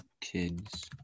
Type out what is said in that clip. kids